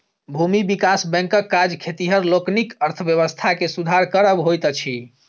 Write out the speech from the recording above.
भूमि विकास बैंकक काज खेतिहर लोकनिक अर्थव्यवस्था के सुधार करब होइत अछि